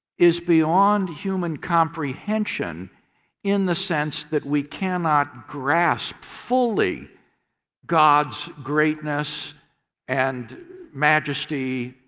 is beyond human comprehension in the sense that we cannot grasp fully god's greatness and majesty.